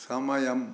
సమయం